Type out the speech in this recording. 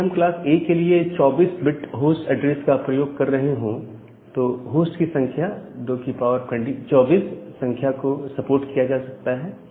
यदि हम class A के लिए 24 बिट होस्ट ऐड्रेस का प्रयोग कर रहे हो तो होस्ट की 224 संख्या को सपोर्ट किया जा सकता है